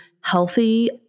healthy